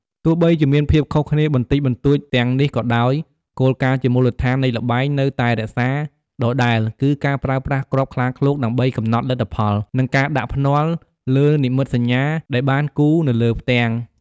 ទោះបីជាមានភាពខុសគ្នាបន្តិចបន្តួចទាំងនេះក៏ដោយ គោលការណ៍ជាមូលដ្ឋាន នៃល្បែងនៅតែរក្សាដដែល គឺការប្រើប្រាស់គ្រាប់ខ្លាឃ្លោកដើម្បីកំណត់លទ្ធផល និងការដាក់ភ្នាល់លើនិមិត្តសញ្ញាដែលបានគូរនៅលើផ្ទាំង។